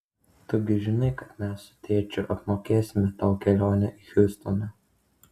tu gi žinai kad mes su tėčiu apmokėsime tau kelionę į hjustoną